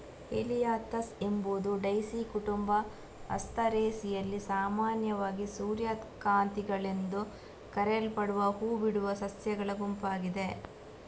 Helianthus ಎಂಬುದು daisy ಕುಟುಂಬ ಆಸ್ಟರೇಸಿಯಲ್ಲಿ ಸಾಮಾನ್ಯವಾಗಿ ಸೂರ್ಯಕಾಂತಿಗಳೆಂದು ಕರೆಯಲ್ಪಡುವ ಹೂ ಬಿಡುವ ಸಸ್ಯಗಳ ಗುಂಪಾಗಿದೆ